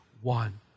one